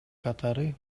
катары